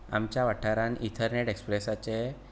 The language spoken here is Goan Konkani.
आमच्या वाठारांत इथरनॅट एक्सप्रेसाचें